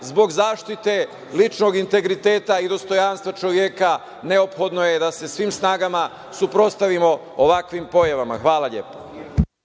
zbog zaštite ličnog integriteta i dostojanstva čoveka neophodno je da svim snagama se suprotstavimo ovakvim pojavama. Hvala lepo.